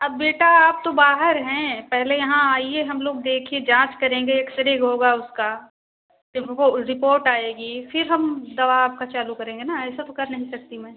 अब बेटा आप तो बाहर हैं पहले यहाँ आइए हम लोग देखें जाँच करेंगे एक्सरे होगा उसका जब वो रिपोर्ट आएगी फिर हम दवा आपका चालू करेंगे न ऐसा तो कर नही सकती मैं